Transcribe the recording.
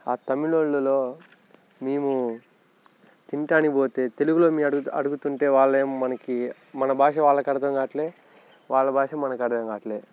ఆ తమిళోళ్ళులో మేము తింటానికి పోతే తెలుగులో మేము అడుగుతుంటే వాళ్ళేమో మనకి మన భాష వాళ్ళకి అర్థం కావట్లే వాళ్ళ భాష వాళ్ళకి అర్థం కావట్లే